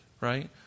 right